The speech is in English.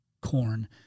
corn